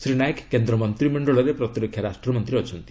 ଶ୍ରୀ ନାଏକ କେନ୍ଦ୍ର ମନ୍ତ୍ରିମଶ୍ଚଳରେ ପ୍ରତିରକ୍ଷା ରାଷ୍ଟ୍ରମନ୍ତ୍ରୀ ଅଛନ୍ତି